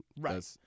Right